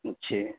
اچھے